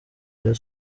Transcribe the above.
rayon